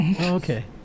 Okay